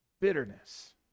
bitterness